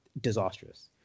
Disastrous